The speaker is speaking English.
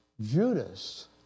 Judas